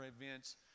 events